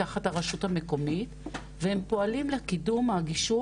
תחת הרשות המקומית והם פועלים לקידום הגישור